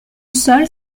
sol